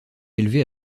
élevée